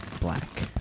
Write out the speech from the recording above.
black